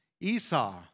Esau